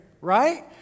right